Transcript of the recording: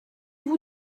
vous